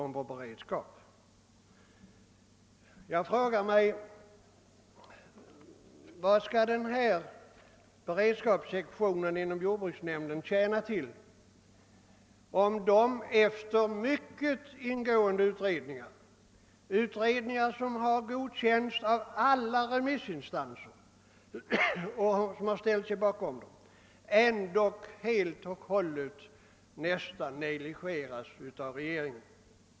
Man undrar vad beredskapssektionen inom jordbruksnämnden skall tjäna till, om de mycket ingående utredningar som utförts där och som har godkänts av alla remissinstanser ändock nästan helt negligeras av regeringen.